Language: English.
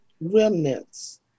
remnants